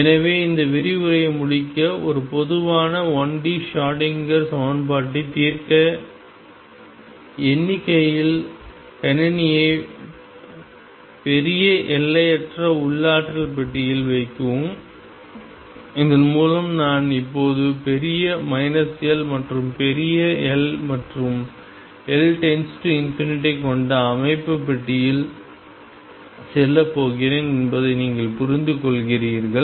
எனவே இந்த விரிவுரையை முடிக்க ஒரு பொதுவான 1 D ஷ்ரோடிங்கர் சமன்பாட்டைத் தீர்க்க எண்ணிக்கையில் கணினியை பெரிய எல்லையற்ற உள்ளாற்றல் பெட்டியில் வைக்கவும் இதன் மூலம் நான் இப்போது பெரிய L மற்றும் L மற்றும் L→∞ கொண்ட அமைப்பு பெட்டியில் செல்லப் போகிறேன் என்பதை நீங்கள் புரிந்துகொள்கிறீர்கள்